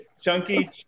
Chunky